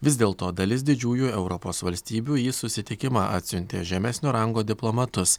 vis dėl to dalis didžiųjų europos valstybių į susitikimą atsiuntė žemesnio rango diplomatus